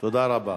תודה רבה.